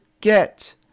Get